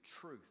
truth